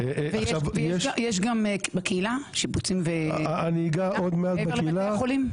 ויש גם בקהילה שיפוצים מעבר לבתי חולים?